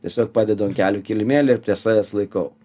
tiesiog padedu ant kelių kilimėlį ir prie savęs laikau